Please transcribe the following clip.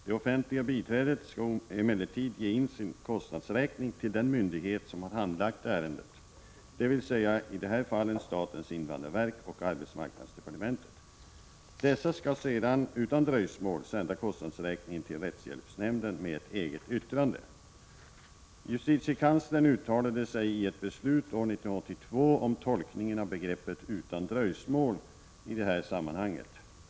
Det offentliga biträdet skall emellertid ge in sin kostnadsräkning till den myndighet som har handlagt ärendet, dvs. i de här fallen statens invandrarverk och arbetsmarknadsdepartementet. Dessa skall sedan utan dröjsmål sända kostnadsräkningen till rättshjälpsnämnden med ett eget yttrande. Justitiekanslern uttalade sig i ett beslut år 1982 om tolkningen av begreppet ”utan dröjsmål” i det här sammanhanget.